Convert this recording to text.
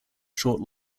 short